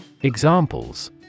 Examples